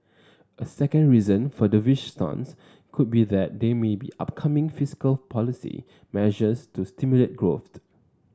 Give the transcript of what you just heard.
a second reason for dovish stance could be that there may be upcoming fiscal policy measures to stimulate growth